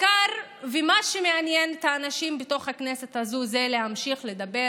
מה שמעניין את האנשים בתוך הכנסת הזו זה להמשיך לדבר